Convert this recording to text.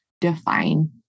define